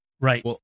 Right